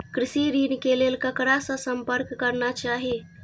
कृषि ऋण के लेल ककरा से संपर्क करना चाही?